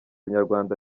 nyarwanda